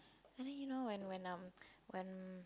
I let you know when when I'm when